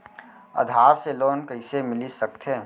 आधार से लोन कइसे मिलिस सकथे?